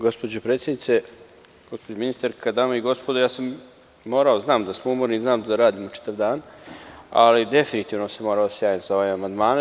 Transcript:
Gospođo predsednice, gospođo ministarka, dame i gospodo, ja sam morao, znam da smo umorni i znam da radimo čitav dan, ali definitivno sam morao da se javim za ove amandmane.